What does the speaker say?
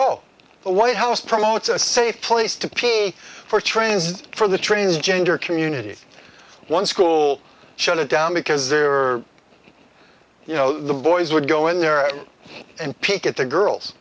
oh the white house promotes a safe place to play for trains for the train gender community one school shut it down because there are you know the boys would go in there and peek at the girls